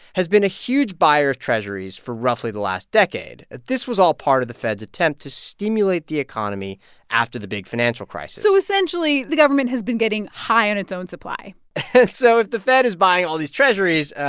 has been a huge buyer of treasurys for roughly the last decade. this was all part of the fed's attempt to stimulate the economy after the big financial crisis so essentially, the government has been getting high on its own supply so if the fed is buying all these treasurys,